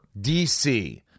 DC